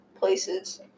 places